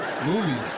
Movies